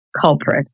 culprit